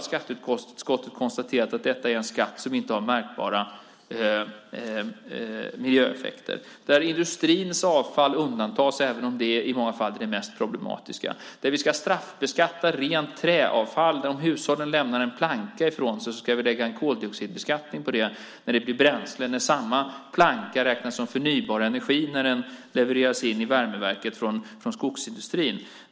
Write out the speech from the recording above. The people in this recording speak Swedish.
Skatteutskottet har konstaterat att detta är en skatt som inte har märkbara miljöeffekter, där industrins avfall undantas även om det i många fall är det mest problematiska och där vi ska straffbeskatta rent träavfall. Om hushållen lämnar en planka ifrån sig ska vi lägga en koldioxidskatt på den när den blir bränsle, men samma planka räknas som förnybar energi när den levereras in i värmeverket från skogsindustrin.